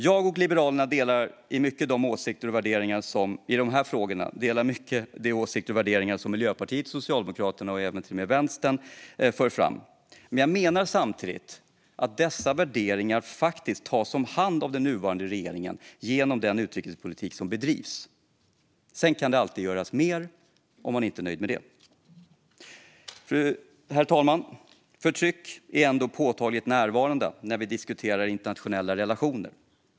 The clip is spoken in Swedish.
Jag och Liberalerna delar i mycket de åsikter och värderingar i dessa frågor som Miljöpartiet och Socialdemokraterna och även Vänstern för fram, men jag menar samtidigt att dessa värderingar faktiskt tas om hand av den nuvarande regeringen genom den utrikespolitik som bedrivs. Sedan kan det alltid göras mer om man inte är nöjd med det. Herr talman! Förtryck är påtagligt närvarande när vi diskuterar internationella relationer.